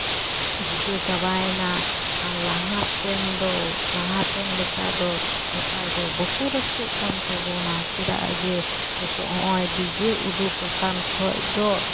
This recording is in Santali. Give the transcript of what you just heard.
ᱡᱩᱫᱟᱹ ᱪᱟᱵᱟᱭᱮᱱᱟ ᱟᱨ ᱞᱟᱦᱟ ᱛᱮᱱ ᱫᱚ ᱞᱟᱦᱟ ᱛᱮᱱ ᱞᱮᱠᱟ ᱫᱚ ᱱᱮᱛᱟᱨ ᱫᱚ ᱵᱟᱠᱚ ᱨᱟᱹᱥᱠᱟᱹᱜ ᱠᱟᱱ ᱛᱟᱵᱳᱱᱟ ᱪᱮᱫᱟᱜ ᱡᱮ ᱱᱤᱛᱚᱜ ᱦᱚᱜᱼᱚᱸᱭ ᱰᱤᱡᱮ ᱩᱰᱩᱠ ᱟᱠᱟᱱ ᱠᱷᱚᱡ ᱫᱚ